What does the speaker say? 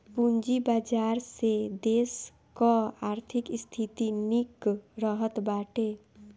पूंजी बाजार से देस कअ आर्थिक स्थिति निक रहत बाटे